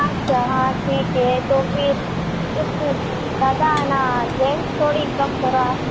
अच्छा हाँ ठीक है तो फिर इस में ज़्यादा ना रेंज थोड़ी कम करो आप